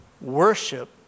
worship